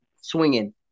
swinging